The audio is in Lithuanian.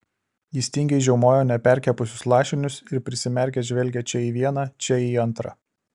jis tingiai žiaumojo neperkepusius lašinius ir prisimerkęs žvelgė čia į vieną čia į antrą